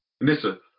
Nissa